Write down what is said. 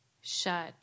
Shut